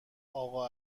اقا